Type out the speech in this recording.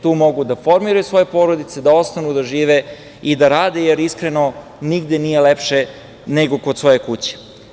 Tu mogu da formiraju svoje porodice, da ostanu da žive i da rade, jer iskreno, nigde nije lepše nego kod svoje kuće.